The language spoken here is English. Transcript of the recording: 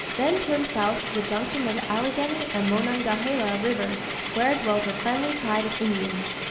then turned south to the junction of the allegheny and monongahela rivers where dwelt a friendly tribe of indians.